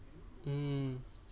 mm